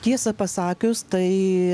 tiesą pasakius tai